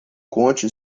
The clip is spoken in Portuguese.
conte